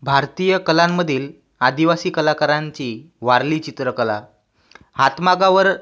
भारतीय कलांमधील आदिवासी कलाकारांची वारली चित्रकला हातमागावर